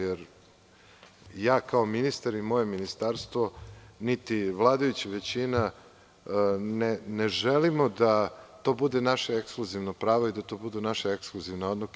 Jer, ja kao ministar i moje ministarstvo, niti vladajuća većina, ne želimo da to bude naše ekskluzivno pravo i da to budu naše ekskluzivne odluke.